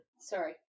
Sorry